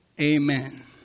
Amen